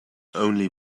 only